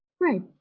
Right